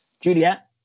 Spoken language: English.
Juliet